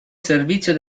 servizio